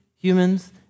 humans